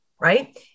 Right